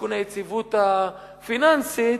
משכון היציבות הפיננסית,